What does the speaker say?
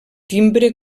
timbre